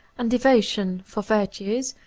and devotion for virtues,